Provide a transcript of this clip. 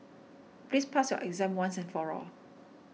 please pass your exam once and for all